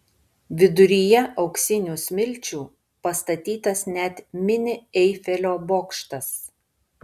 viduryje auksinių smilčių pastatytas net mini eifelio bokštas